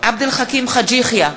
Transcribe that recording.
עבד אל חכים חאג' יחיא,